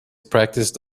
practiced